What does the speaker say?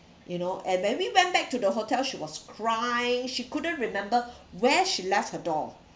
you know and when we went back to the hotel she was crying she couldn't remember where she left her doll